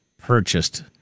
purchased